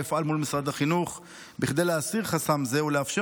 אפעל מול משרד החינוך כדי להסיר חסם זה ולאפשר